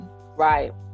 Right